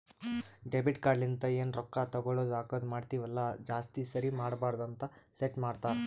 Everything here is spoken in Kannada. ಡೆಬಿಟ್ ಕಾರ್ಡ್ ಲಿಂತ ಎನ್ ರೊಕ್ಕಾ ತಗೊಳದು ಹಾಕದ್ ಮಾಡ್ತಿವಿ ಅಲ್ಲ ಜಾಸ್ತಿ ಸರಿ ಮಾಡಬಾರದ ಅಂತ್ ಸೆಟ್ ಮಾಡ್ತಾರಾ